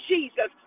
Jesus